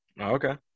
Okay